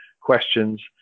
questions